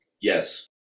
Yes